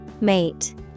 Mate